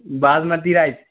basmati rice